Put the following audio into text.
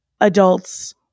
adults